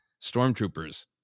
Stormtroopers